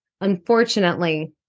Unfortunately